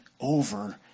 over